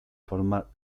forma